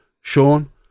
Sean